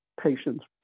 patients